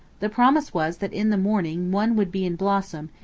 the promise was that in the morning one would be in blossom,